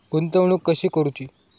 गुंतवणूक कशी करूची?